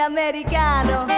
Americano